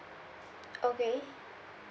okay